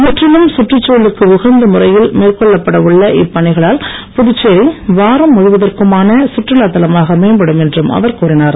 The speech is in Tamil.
முற்றிலும் சுற்றுச்சூழலக்கு உகந்த முறையில் மேற்கொள்ளப்பட உள்ள இப்பணிகளால் புதுச்சேரி வாரம் முழுவதற்குமான கற்றுலாத் தலமாக மேம்படும் என்றும் அவர் கூறினார்